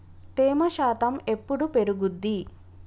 తేమ శాతం ఎప్పుడు పెరుగుద్ది?